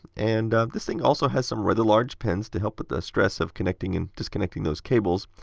and this thing also has some rather large pins to help with the stress of connecting and disconnecting those cables.